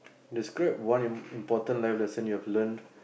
describe one im~ important life lesson you have learnt